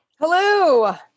Hello